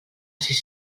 sis